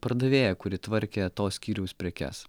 pardavėja kuri tvarkė to skyriaus prekes